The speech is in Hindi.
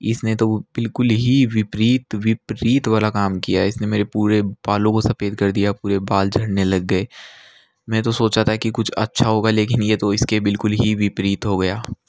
इसने तो बिल्कुल ही विपरीत विपरीत वाला काम किया है इसने मेरे पूरे बालों को सफ़ेद कर दिया पूरे बाल झड़ने लग गए मैं तो सोचा था कि कुछ अच्छा होगा लेकिन ये तो इसके बिल्कुल ही विपरीत हो गया